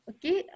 Okay